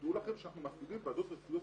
דעו לכם שאנחנו מפעילים ועדות רפואיות